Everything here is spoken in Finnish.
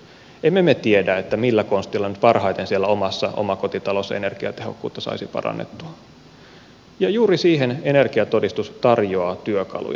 emme me tiedä millä konsteilla nyt parhaiten siellä omassa omakotitalossa energiatehokkuutta saisi parannettua ja juuri siihen energiatodistus tarjoaa työkaluja